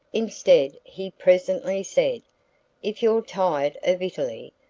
instead he presently said if you're tired of italy,